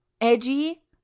Edgy